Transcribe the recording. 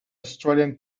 australian